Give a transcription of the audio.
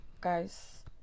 guys